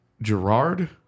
Gerard